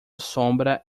sombra